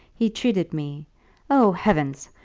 he treated me o heavens!